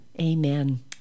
amen